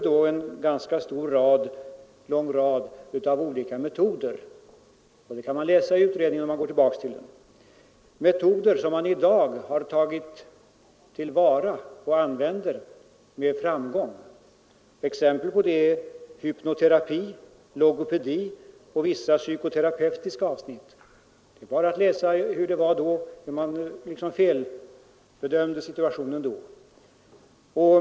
Utredningen fördömde en lång rad olika metoder — det kan man läsa i utredningen om man går tillbaka till den — som i dag tagits till vara och används med framgång. Exempel på det är hypnoterapi, logopedi och vissa psykoterapeutiska avsnitt. Det är bara att läsa hur man liksom felbedömde situationen då.